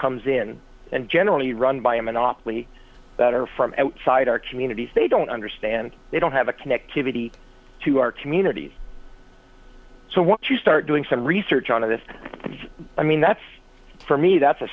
comes in and generally run by a monopoly that are from outside our communities they don't understand they don't have a connectivity to our communities so once you start doing some research on this i mean that's for me that's a